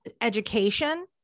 education